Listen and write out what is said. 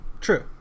true